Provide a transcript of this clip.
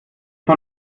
ist